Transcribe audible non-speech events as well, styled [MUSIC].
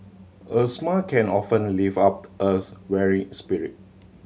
a smile can often lift up [UNINTELLIGIBLE] weary spirit